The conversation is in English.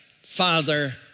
Father